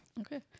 Okay